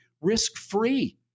risk-free